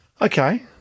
Okay